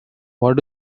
what